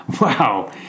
wow